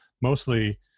mostly